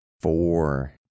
four